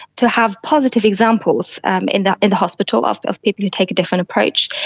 to have positive examples in the in the hospital of of people who take a different approach.